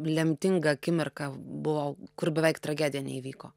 lemtinga akimirka buvo kur beveik tragedija neįvyko